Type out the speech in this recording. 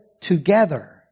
together